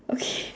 okay